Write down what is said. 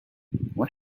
what